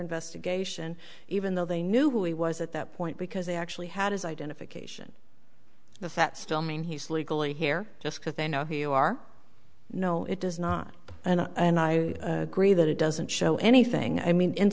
investigation even though they knew who he was at that point because they actually had his identification the fact still mean he's legally here just because they know who you are no it does not and i agree that it doesn't show anything i mean in